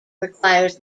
requires